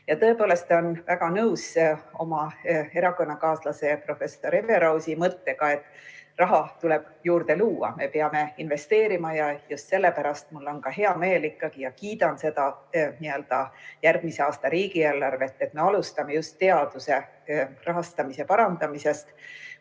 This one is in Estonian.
Tõepoolest, olen väga nõus oma erakonnakaaslase professor Everausi mõttega, et raha tuleb juurde luua, me peame investeerima. Just sellepärast on mul ka hea meel selle pärast ja ma kiidan järgmise aasta riigieelarvet selle eest, et me alustame just teaduse rahastamise parandamisest,